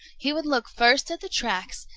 he would look first at the tracks,